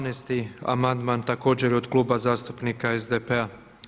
12. amandman također je od Kluba zastupnika SDP-a.